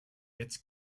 its